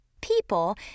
people